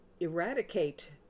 eradicate